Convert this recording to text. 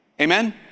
Amen